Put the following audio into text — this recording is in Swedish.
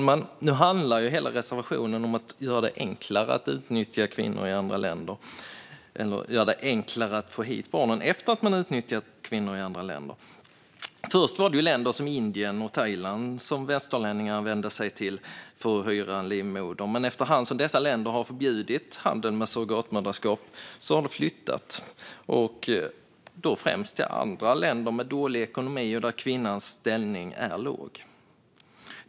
Herr talman! Hela reservationen handlar om att göra det enklare att utnyttja kvinnor i andra länder och att göra det enklare att få hit barnen efter att man har utnyttjat kvinnor i andra länder. Först var det till länder som Indien och Thailand som västerlänningar vände sig för att hyra en livmoder. Men efter hand som dessa länder har förbjudit handel med surrogatmoderskap har den flyttat, främst till andra länder med dålig ekonomi, där kvinnans ställning är låg.